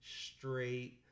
straight